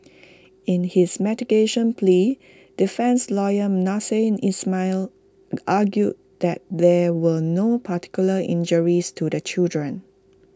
in his mitigation plea defence lawyer Nasser Ismail argued that there were no particular injuries to the children